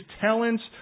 talents